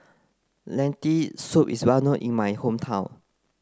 lentil soup is well known in my hometown